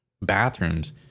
bathrooms